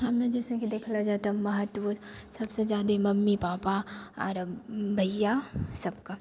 हम ने जैसेकि देखला जाइ तऽ महत्व सबसँ जादा मम्मी पापा आओर भैया सबके